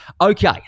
Okay